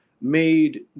made